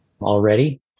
already